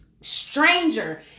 stranger